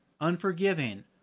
unforgiving